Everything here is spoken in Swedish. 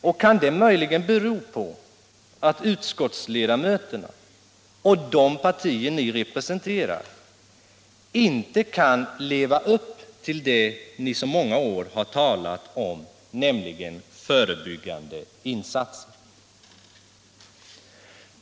Det kan möjligen bero på att utskottets ledamöter och de partier dessa representerar inte kan leva upp till det vi i så många år talat om, nämligen förebyggande insatser.